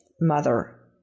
mother